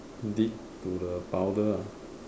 dip to the powder ah